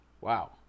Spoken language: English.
Wow